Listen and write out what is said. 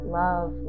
love